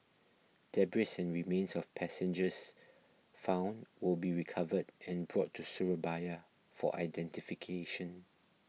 Debris and remains of passengers found will be recovered and brought to Surabaya for identification